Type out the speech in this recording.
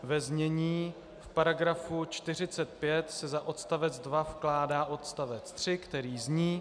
Ve znění § 45 se za odstavec 2 vkládá odstavec 3, který zní: